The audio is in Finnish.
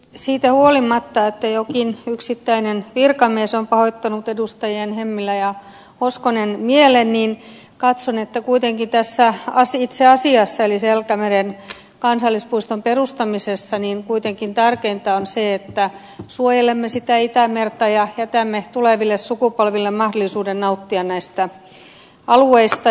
siitä huolimatta että joku yksittäinen virkamies on pahoittanut edustajien hemmilä ja hoskonen mielen katson että kuitenkin tässä itse asiassa eli selkämeren kansallispuiston perustamisessa tärkeintä on se että suojelemme itämerta ja jätämme tuleville sukupolville mahdollisuuden nauttia näistä alueista